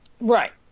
Right